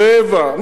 רבע,